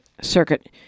Circuit